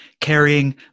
carrying